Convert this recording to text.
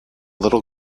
little